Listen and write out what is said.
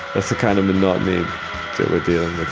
that's the kind of monotony that we're dealing with